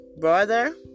brother